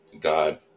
God